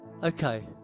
Okay